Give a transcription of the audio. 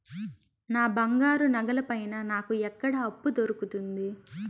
నా బంగారు నగల పైన నాకు ఎక్కడ అప్పు దొరుకుతుంది